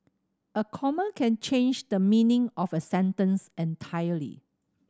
a comma can change the meaning of a sentence entirely